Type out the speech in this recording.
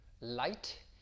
light